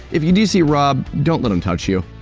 if you do see rob. don't let him touch you.